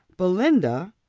belinda,